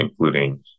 including